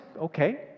okay